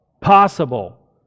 possible